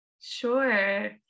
sure